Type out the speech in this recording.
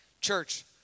Church